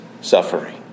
suffering